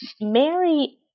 Mary